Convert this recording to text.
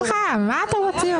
שמחה, מה אתה מוציא אותה?